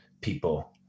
people